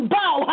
bow